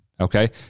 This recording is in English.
okay